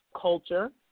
culture